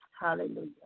Hallelujah